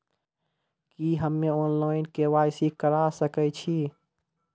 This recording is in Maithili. की हम्मे ऑनलाइन, के.वाई.सी करा सकैत छी?